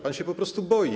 Pan się po prostu boi.